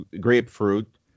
grapefruit